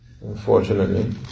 Unfortunately